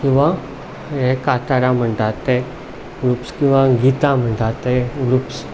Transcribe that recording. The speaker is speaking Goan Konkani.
किंवां हे कांतारा म्हणटात ते ग्रूप्स किंवां गितां म्हणटात ते ग्रुप्स